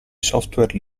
software